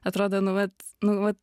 atrodo nu vat nu va